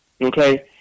okay